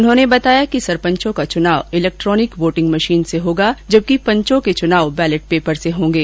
उन्होंने बताया कि सरपंचों के चुनाव इलेक्ट्रोनिक वॉटिंग मशीन से होंगे जबकि पंचों के चुनाव बैलेट पेपर से होंगे